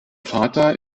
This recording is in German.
vater